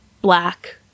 black